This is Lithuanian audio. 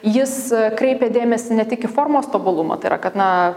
jis kreipė dėmesį ne tik į formos tobulumą tai yra kad na